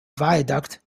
viaduct